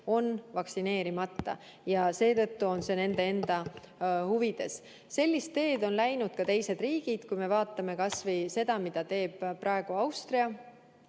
on vaktsineerimata ja seetõttu on see nende enda huvides. Sellist teed on läinud ka teised riigid. Vaatame kas või seda, mida teeb praegu Austria,